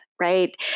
right